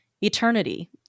eternity